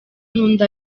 n’undi